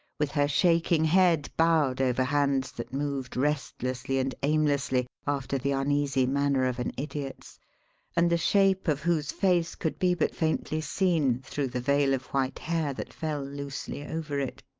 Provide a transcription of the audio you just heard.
with her shaking head bowed over hands that moved restlessly and aimlessly after the uneasy manner of an idiot's and the shape of whose face could be but faintly seen through the veil of white hair that fell loosely over it.